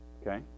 Okay